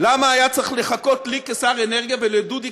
למה היה צריך לחכות לי כשר אנרגיה ולדודי